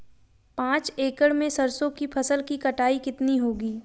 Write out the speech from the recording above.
पांच एकड़ में सरसों की फसल की कटाई कितनी होगी?